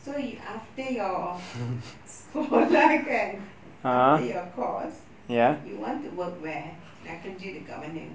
so you after your sekolah kan after your course you want to work where nak kerja dekat mana